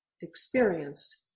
experienced